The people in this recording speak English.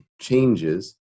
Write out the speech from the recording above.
changes